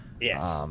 Yes